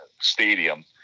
stadium